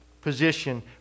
position